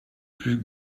plus